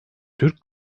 türk